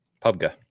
PUBG